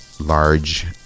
large